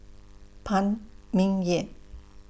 Phan Ming Yen